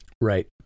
Right